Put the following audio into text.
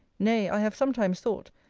nay, i have sometimes thought,